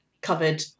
Covered